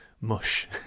mush